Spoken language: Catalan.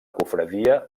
confraria